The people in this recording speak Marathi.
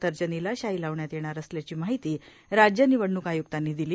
तर्जनीला शाई लावण्यात येणार असल्याची माहिती राज्य निवडणूक आय्क्तांनी दिली